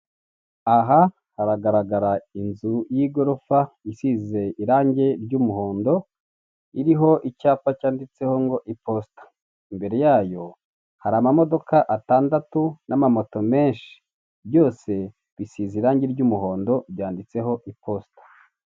Aha haragaragara inzu y'igorofa isize irangi ry'umuhondo, iriho icyapa cyanditseho ngo iposita, imbere yayo hari amamodoka atandatu n'amamoto menshi, byose bisize irangi ry'umuhondo, byanditseho iposita.